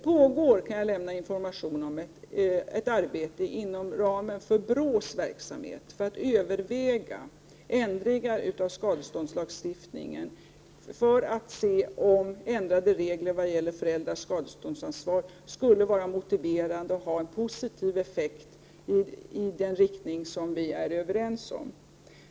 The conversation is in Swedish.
Jag kan lämna information om att det inom ramen för BRÅ:s verksamhet pågår ett arbete med att överväga ändringar av skadeståndslagstiftningen för att se om ändrade regler vad gäller föräldrars skadeståndsansvar skulle vara motiverade och ha en positiv effekt i den riktning vi är överens om.